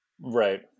Right